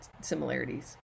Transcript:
similarities